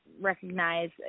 recognize